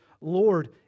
Lord